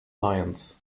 lions